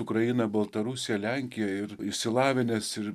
ukrainą baltarusiją lenkiją ir išsilavinęs ir